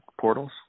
portals